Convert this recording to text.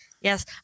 Yes